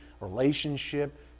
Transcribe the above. relationship